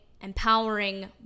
empowering